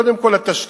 קודם כול התשתיות.